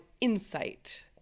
insight